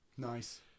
Nice